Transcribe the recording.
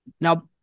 Now